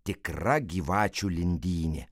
tikra gyvačių lindynė